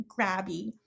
grabby